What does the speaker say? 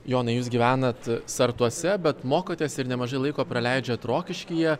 jonai jūs gyvenat sartuose bet mokotės ir nemažai laiko praleidžiat rokiškyje